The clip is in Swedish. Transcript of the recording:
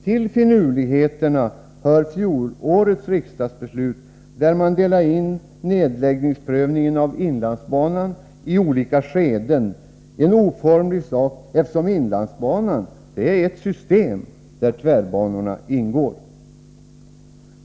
Till finurligheterna hör fjolårets riksdagsbeslut, där man delade in nedläggningsprövningen av inlandsbanan i olika skeden, något helt oformligt, eftersom inlandsbanan är ett system, där tvärbanorna ingår.